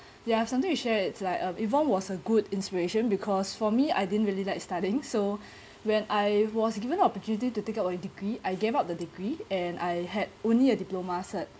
ya something to share it's like uh yvonne was a good inspiration because for me I didn't really like studying so when I was given the opportunity to take out my degree I gave up the degree and I had only a diploma cert